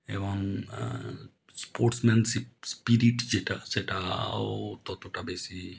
এবং sportsmanship spirit যেটা সেটাও ততোটা বেশি